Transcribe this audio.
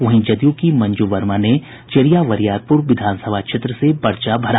वहीं जदयू की मंजू वर्मा ने चेरिया बरियारपुर विधानसभा क्षेत्र से पर्चा भरा